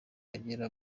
agera